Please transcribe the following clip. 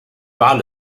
wal